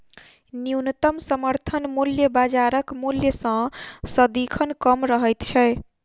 न्यूनतम समर्थन मूल्य बाजारक मूल्य सॅ सदिखन कम रहैत छै